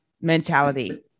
mentality